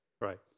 Right